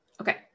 Okay